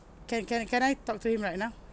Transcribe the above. can can can I talk to him right now